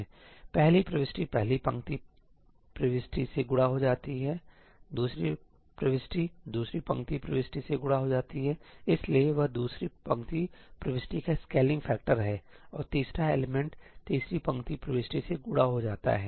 दाएं पहली प्रविष्टि पहली पंक्ति प्रविष्टि से गुणा हो जाती हैदूसरी प्रविष्टि दूसरी पंक्ति प्रविष्टि से गुणा हो जाती है इसलिएवह दूसरी पंक्ति प्रविष्टि का स्केलिंग फैक्टर है और तीसरा एलिमेंट तीसरी पंक्ति प्रविष्टि से गुणा हो जाता है